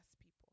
people